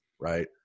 right